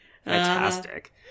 fantastic